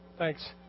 Thanks